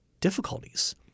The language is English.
difficulties